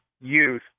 youth